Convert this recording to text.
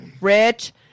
Rich